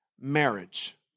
marriage